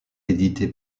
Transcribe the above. édité